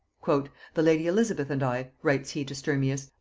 the lady elizabeth and i, writes he to sturmius,